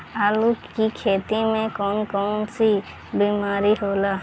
आलू की खेती में कौन कौन सी बीमारी होला?